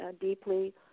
deeply